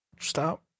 stop